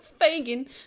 fagin